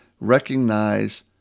recognize